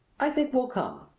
i think we'll come,